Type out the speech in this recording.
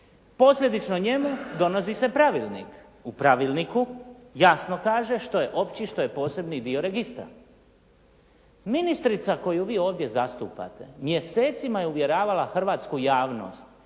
Posljedično njemu donosi se Pravilnik. U Pravilniku jasno kaže što je opći, što je posebni dio registra. Ministrica koju vi ovdje zastupate mjesecima je uvjeravala hrvatsku javnost